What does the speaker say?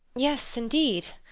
yes, indeed!